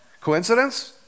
Coincidence